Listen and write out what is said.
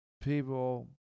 people